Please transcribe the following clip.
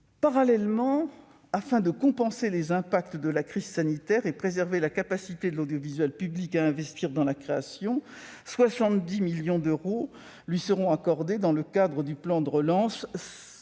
Parallèlement, afin de compenser les impacts de la crise sanitaire et de préserver la capacité de l'audiovisuel public à investir dans la création, 70 millions d'euros lui seront accordés dans le cadre du plan de relance.